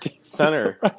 center